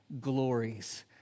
glories